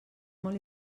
molt